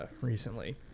recently